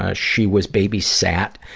ah she was babysat.